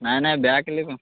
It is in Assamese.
নাই নাই বেয়া কেলৈ পাম